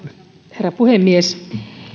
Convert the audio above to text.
herra puhemies